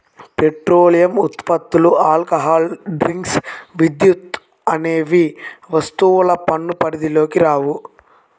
petroleum ఉత్పత్తులు, alcohol drinks, విద్యుత్ అనేవి వస్తుసేవల పన్ను పరిధిలోకి రావు